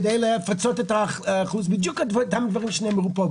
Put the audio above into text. כדי לפצות בדיוק אותם דברים שנאמרו פה.